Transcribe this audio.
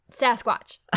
Sasquatch